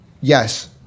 Yes